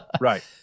Right